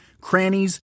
crannies